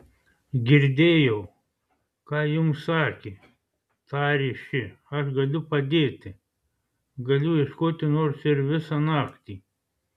girdėjau ką jums sakė tarė ši aš galiu padėti galiu ieškoti nors ir visą naktį